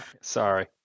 Sorry